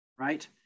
right